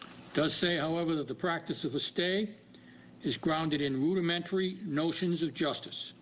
it does say however that the practice of a stay is grounded in rudimentary notions of justice,